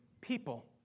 people